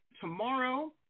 tomorrow